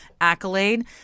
accolade